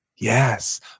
yes